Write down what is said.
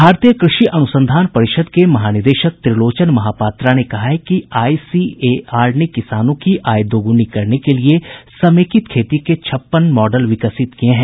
भारतीय कृषि अनुसंधान परिषद के महानिदेशक त्रिलोचन महापात्रा ने कहा है कि आई सी ए आर ने किसानों की आय दोगुनी करने के लिए समेकित खेती के छप्पन मॉडल विकसित किये हैं